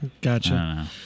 Gotcha